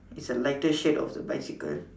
it's a lighter shade of a bicycle